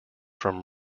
from